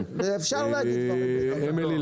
אפשר להגיד דברים --- אמילי,